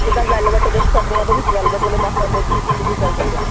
ਜਿੱਦਾਂ ਵੈਲਵੱਟ ਦੇ ਸਰਦੀਆਂ ਦੇ ਵਿੱਚ ਵੈਲਵਟ ਵਾਲੇ ਮੌਸਮ ਦੇ ਵੀ ਚੱਲ ਜਾਂਦੇ